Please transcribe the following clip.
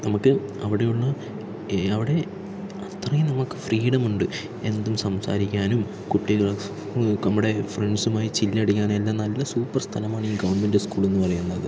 നമുക്ക് അവിടെയുള്ള അവിടെ അത്രയും നമുക്ക് ഫ്രീഡമുണ്ട് എന്തും സംസാരിക്കാനും കുട്ടികള് നമ്മുടെ ഫ്രണ്ട്സുമായി ചില്ലടിക്കാനും എല്ലാം നല്ല സൂപ്പർ സ്ഥലമാണ് ഈ ഗവൺമെൻറ് സ്കൂൾ എന്ന് പറയുന്നത്